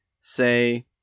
say